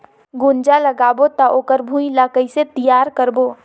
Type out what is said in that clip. गुनजा लगाबो ता ओकर भुईं ला कइसे तियार करबो?